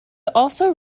also